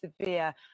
severe